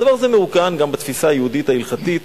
הדבר הזה מעוגן גם בתפיסה היהודית ההלכתית